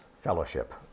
fellowship